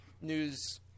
news